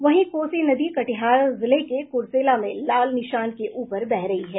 वहीं कोसी नदी कटिहार जिले के कुर्सला में लाल निशान के ऊपर बह रही है